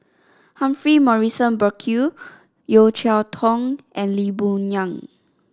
Humphrey Morrison Burkill Yeo Cheow Tong and Lee Boon Yang